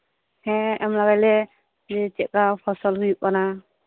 ᱦᱮᱸ ᱮᱢ ᱞᱟᱜᱟᱭᱟᱞᱮ ᱪᱮᱫ ᱞᱮᱠᱟ ᱯᱷᱚᱥᱚᱞ ᱦᱩᱭᱩᱜ ᱠᱟᱱᱟ